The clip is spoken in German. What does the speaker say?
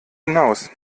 hinaus